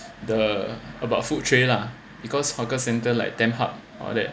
the about food tray lah because hawker center like damn hard or that